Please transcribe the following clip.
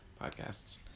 podcasts